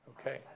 Okay